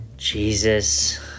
Jesus